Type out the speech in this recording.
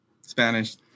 Spanish